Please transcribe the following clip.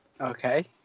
Okay